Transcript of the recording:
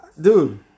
dude